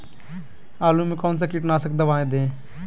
आलू में कौन सा कीटनाशक दवाएं दे?